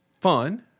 fun